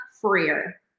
Freer